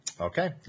Okay